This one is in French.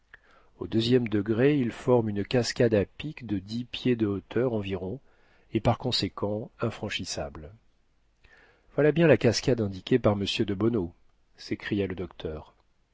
au deuxième degré il forme une cascade à pic de dix pieds de hauteur environ et par conséquent infranchissable voilà bien la cascade indiquée par m debono s'écria le docteur